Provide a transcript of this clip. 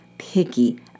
picky